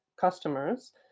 customers